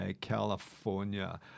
California